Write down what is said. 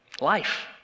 Life